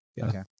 okay